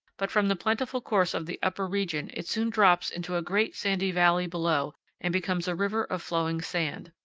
but from the beautiful course of the upper region it soon drops into a great sandy valley below and becomes a river of flowing sand.